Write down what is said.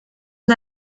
una